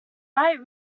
right